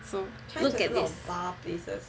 so look at this